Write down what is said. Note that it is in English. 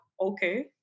okay